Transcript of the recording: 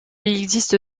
existe